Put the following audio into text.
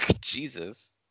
Jesus